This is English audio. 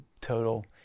total